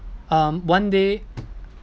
um one day